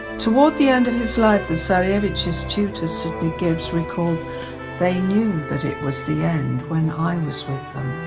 toward the end of his life the tsarevich's tutor sidney gibbs recalled they knew that it was the end when i was with them.